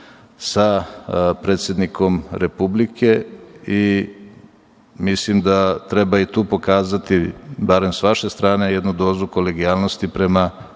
sa predsednikom Republike. Mislim da treba i tu pokazati, barem s vaše strane, jednu dozu kolegijalnosti prema